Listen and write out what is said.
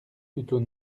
plutôt